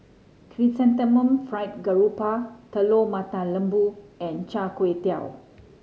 Chrysanthemum Fried Garoupa Telur Mata Lembu and Char Kway Teow